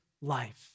life